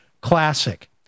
Classic